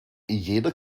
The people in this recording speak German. jeder